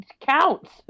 counts